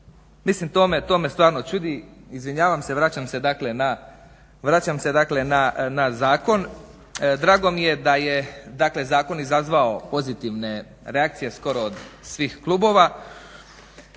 Mislim, to me stvarno čudi, izvinjavam se, vraćam se dakle na zakon. Drago mi je dakle zakon izazvao pozitivne reakcije skoro od svih klubova.